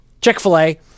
Chick-fil-A